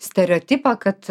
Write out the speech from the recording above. stereotipą kad